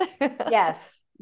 yes